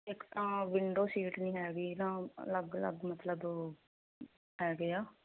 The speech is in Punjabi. ਇੱਕ ਤਾਂ ਵਿੰਡੋ ਸੀਟ ਨਹੀਂ ਹੈਗੀ ਨਾ ਅਲੱਗ ਅਲੱਗ ਮਤਲਬ ਹੈਗੇ ਆ